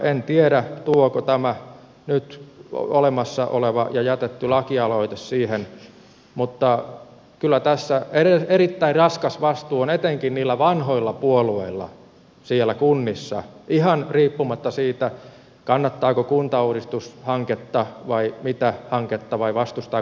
en tiedä tuoko tämä nyt olemassa oleva ja jätetty lakialoite sitä siihen mutta kyllä tässä erittäin raskas vastuu on etenkin niillä vanhoilla puolueilla siellä kunnissa ihan riippumatta siitä kannattaako kuntauudistushanketta vai mitä hanketta vai vastustaako kaikkia